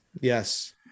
Yes